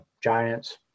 Giants